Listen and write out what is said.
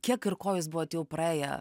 kiek ir ko jūs buvot jau praėję